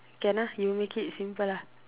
can ah you make it simple lah